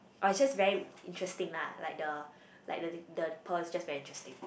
oh it's just very interesting lah like the like the the pearl is just very interesting